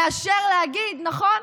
מאשר להגיד: נכון,